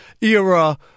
era